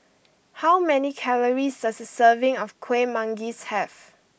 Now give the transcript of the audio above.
how many calories does a serving of Kueh Manggis have